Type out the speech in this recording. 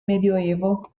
medioevo